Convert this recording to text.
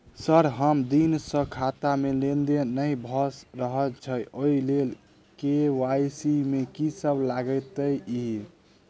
Sir बहुत दिन सऽ खाता मे लेनदेन नै भऽ रहल छैय ओई लेल के.वाई.सी मे की सब लागति ई?